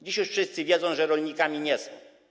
Dzisiaj już wszyscy wiedzą, że rolnikami nie są.